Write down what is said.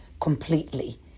completely